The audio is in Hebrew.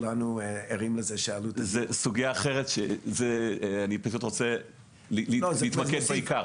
זו סוגיה אחרת, אני רוצה להתמקד בעיקר.